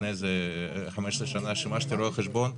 לפני 15 שנה שימשתי כרואה חשבון,